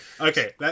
okay